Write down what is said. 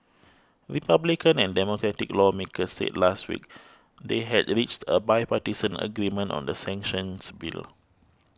republican and Democratic lawmakers said last week they had reached a bipartisan agreement on the sanctions bill